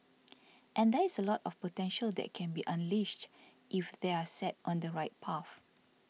and there is a lot of potential that can be unleashed if they are set on the right path